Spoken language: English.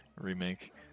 remake